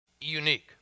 unique